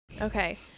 Okay